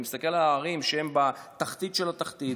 אני מסתכל על הערים שהן בתחתית של התחתית.